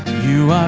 you